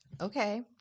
Okay